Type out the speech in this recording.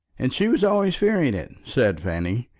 and she was always fearing it, said fanny.